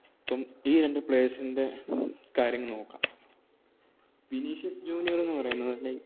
അപ്പം ഈ രണ്ട് പ്ലെയേസിൻറ്റെ കാര്യം നോക്കാം വിനീഷ്യസ് ജൂനിയറെന്ന് പറയുന്നത് ലൈ